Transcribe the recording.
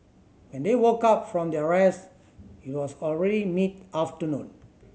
when they woke up from their rest it was already mid afternoon